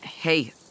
Hey